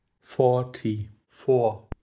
forty-four